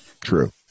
True